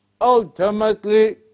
ultimately